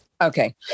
Okay